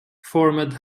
formed